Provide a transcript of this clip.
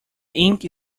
ink